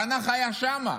תנ"ך היה שם.